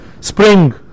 spring